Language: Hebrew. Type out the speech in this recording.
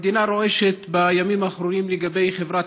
המדינה רועשת בימים האחרונים לגבי חברת